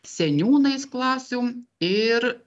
seniūnais klasių ir